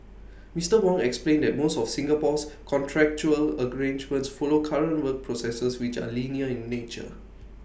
Mister Wong explained that most of Singapore's contractual follow current work processes which are linear in nature